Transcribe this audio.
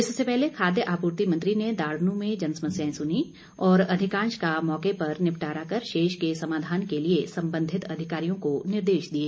इससे पहले खाद्य आपूर्ति मंत्री ने दाड़नू में जनसमस्याएं सुनीं और अधिकांश का मौके पर निपटारा कर शेष के समाधान के लिए संबंधित अधिकारियों को निर्देश दिए